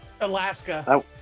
Alaska